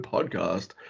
Podcast